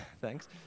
Thanks